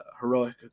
heroic